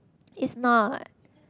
is not